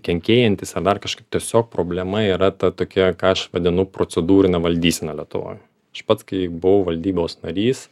kenkėjantys ar dar kažkaip tiesiog problema yra ta tokia ką aš vadinu procedūrine valdysena lietuvoj aš pats kai buvau valdybos narys